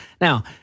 Now